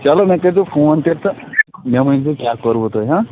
چلو مےٚ کٔرِزیٚو فون تیٚلہِ تہِ مےٚ ؤنۍ زیٚو کیٛاہ کوٚروٕ تۄہہِ ہہ